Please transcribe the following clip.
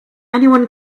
anyone